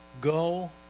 Go